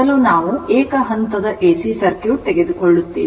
ಮೊದಲು ನಾವು ಏಕ ಹಂತದ ಎಸಿ ಸರ್ಕ್ಯೂಟ್ ತೆಗೆದುಕೊಳ್ಳುತ್ತೇವೆ